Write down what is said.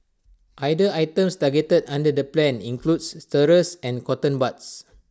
other items targeted under the plan includes stirrers and cotton buds